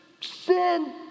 sin